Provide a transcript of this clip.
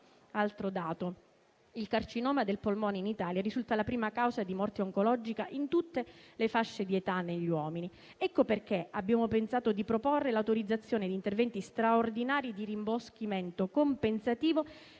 altro dato: il carcinoma del polmone in Italia risulta la prima causa di morte oncologica in tutte le fasce di età negli uomini. Per questo abbiamo pensato di proporre l'autorizzazione ad interventi straordinari di rimboschimento compensativo